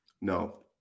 No